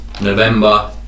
November